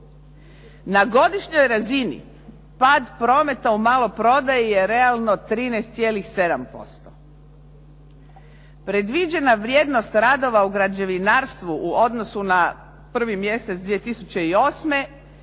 Na godišnjoj razini pad prometa u maloprodaji je realno 13,7%. Predviđena vrijednost radova u građevinarstvu u odnosu na 1. mjesec 2008.